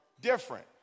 different